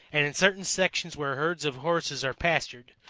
and in certain sections where herds of horses are pastured,